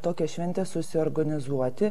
tokią šventę susiorganizuoti